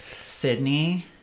Sydney